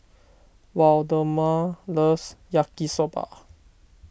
Waldemar loves Yaki Soba